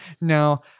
Now